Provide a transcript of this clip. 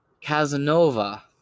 Casanova